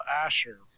Asher